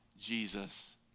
Jesus